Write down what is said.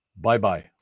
bye-bye